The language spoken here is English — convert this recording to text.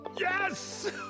Yes